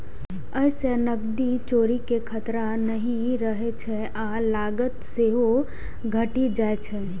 अय सं नकदीक चोरी के खतरा नहि रहै छै आ लागत सेहो घटि जाइ छै